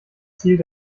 zielt